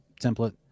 template